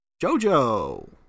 JoJo